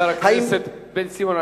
חבר הכנסת בן-סימון,